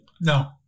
No